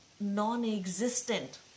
non-existent